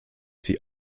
sie